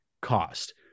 cost